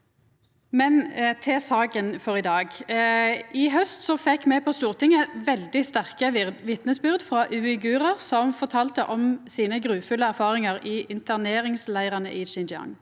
I haust fekk me på Stortinget veldig sterke vitnesbyrd frå uigurar som fortalde om sine grufulle erfaringar i interneringsleirane i Xinjiang.